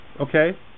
okay